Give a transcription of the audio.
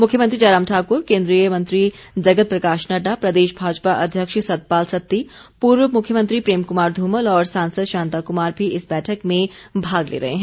मुख्यमंत्री जयराम ठाक्र केंद्रीय मंत्री जगत प्रकाश नड़डा प्रदेश भाजपा अध्यक्ष सतपाल सत्ती पूर्व मुख्यमंत्री प्रेम कुमार धूमल और सांसद शांताकुमार भी इस बैठक में भाग ले रहे हैं